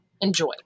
enjoy